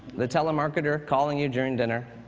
the telemarketer calling you during dinner,